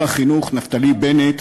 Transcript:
בשר החינוך נפתלי בנט,